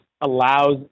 allows